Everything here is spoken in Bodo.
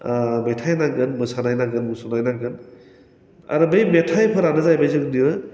मेथाइ नांगोन मोसानाय नांगोन मुसुरनाय नांगोन आरो बे मेथाइफोरानो जाहैबाय जोंनो